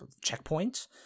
checkpoint